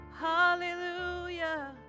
hallelujah